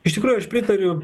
iš tikrųjų aš pritariu